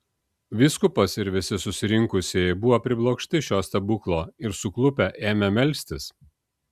vyskupas ir visi susirinkusieji buvo priblokšti šio stebuklo ir suklupę ėmė melstis